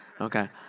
okay